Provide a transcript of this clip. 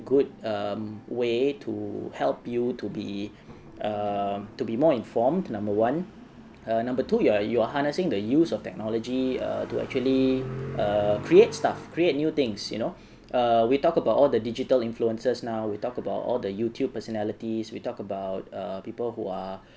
good um way to help you to be err to be more informed number one uh number two you are you are harnessing the use of technology err to actually err create staff create new things you know err we talk about all the digital influences now we talk about all the YouTube personalities we talk about err people who are